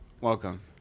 Welcome